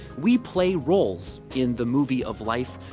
we play roles in the movie of life,